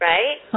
Right